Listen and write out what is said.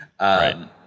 right